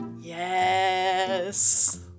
Yes